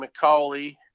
McCauley